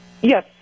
Yes